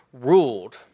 ruled